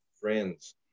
friends